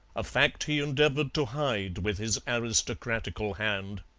a fact he endeavoured to hide with his aristocratical hand.